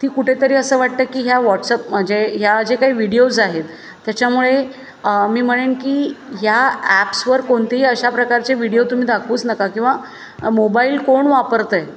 ती कुठेतरी असं वाटतं की ह्या व्हॉट्सॲप म्हणजे ह्या जे काही व्हिडिओज आहेत त्याच्यामुळे मी म्हणेन की या ॲप्सवर कोणतेही अशा प्रकारचे व्हिडिओ तुम्ही दाखवूच नका किंवा मोबाईल कोण वापरतं आहे